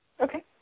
Okay